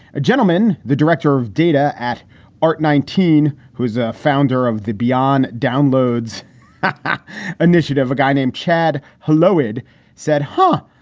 a gentleman, the director of data at art nineteen, who is a founder of the beyond downloads initiative, a guy named chad. hello, ed said. huh,